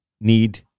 need